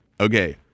Okay